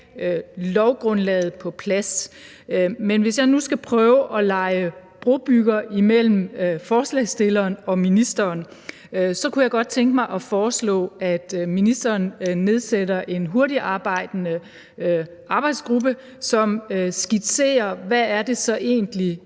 grundlaget på plads. Men hvis jeg nu skal prøve at lege brobygger imellem forslagsstilleren og ministeren, kunne jeg godt tænke mig at foreslå, at ministeren nedsætter en hurtigtarbejdende arbejdsgruppe, som skitserer, hvad det så egentlig